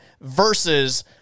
versus